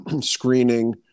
screening